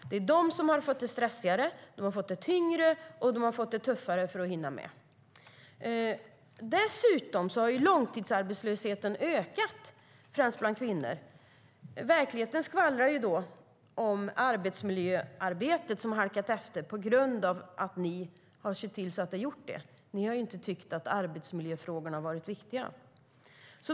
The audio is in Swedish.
De har fått det stressigare, de har fått det tyngre, de har fått det tuffare för att hinna med. Dessutom har långtidsarbetslösheten ökat, främst bland kvinnor. Verkligheten skvallrar om att arbetsmiljöarbetet halkat efter på grund av att ni sett till att det blivit så. Ni har inte tyckt att arbetsmiljöfrågorna varit viktiga.